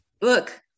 look